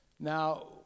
Now